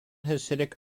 hasidic